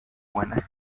buenas